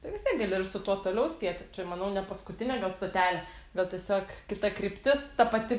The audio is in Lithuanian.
tai vis tiek gali ir su tuo toliau sieti čia manau ne paskutinė gal stotelė bet tiesiog kita kryptis ta pati